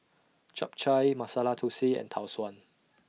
Chap Chai Masala Thosai and Tau Suan